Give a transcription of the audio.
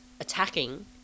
attacking